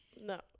No